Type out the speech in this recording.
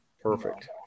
Perfect